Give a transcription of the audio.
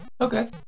Okay